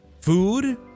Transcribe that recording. Food